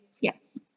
Yes